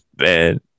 Man